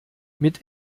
mit